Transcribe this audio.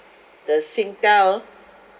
the singtel